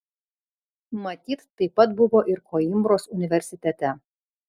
matyt taip pat buvo ir koimbros universitete